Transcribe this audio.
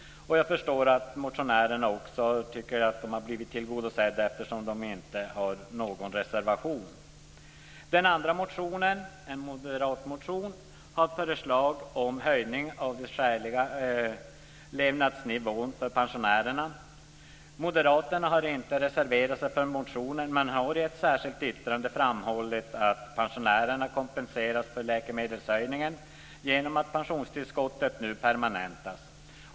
Jag förstår att också motionärerna tycker att de har blivit tillgodosedda, eftersom de inte har avgivit någon reservation. I den andra motionen, som väckts av moderater, föreslås höjd beräkning av den skäliga levnadsnivån för pensionärer. Moderaterna har inte reserverat sig för motionen. De har i ett särskilt yttrande framhållit att pensionärerna kompenserats för läkemedelshöjningen genom att pensionstillskottet nu permanentas.